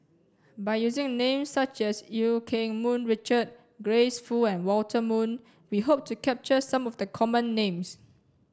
by using names such as Eu Keng Mun Richard Grace Fu and Walter Woon we hope to capture some of the common names